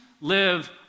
live